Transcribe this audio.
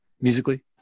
Musically